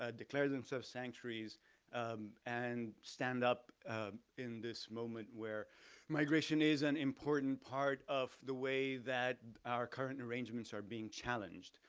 ah declare themselves sanctuaries and stand up in this moment where migration is an important part of the way that our current arrangements are being challenged,